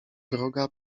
wroga